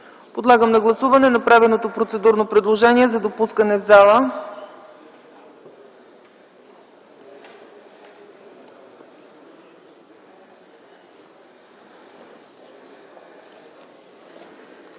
Подлагам на гласуване направеното процедурно предложение за допускане в